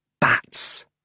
Bats